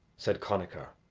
said connachar.